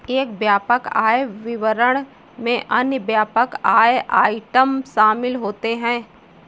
एक व्यापक आय विवरण में अन्य व्यापक आय आइटम शामिल होते हैं